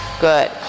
Good